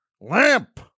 Lamp